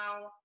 now